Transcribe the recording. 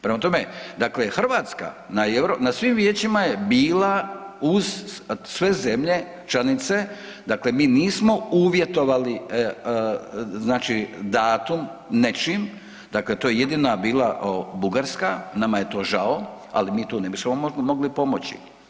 Prema tome, dakle Hrvatska na svim vijećima je bila uz sve zemlje članice, dakle mi nismo uvjetovali znači datum nečim, dakle to je jedina bila Bugarska, nama je to žao, ali mi tu ne bismo mogli pomoći.